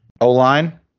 O-line